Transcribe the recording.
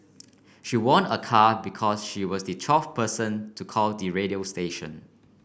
she won a car because she was the twelve person to call the radio station